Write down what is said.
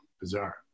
Bizarre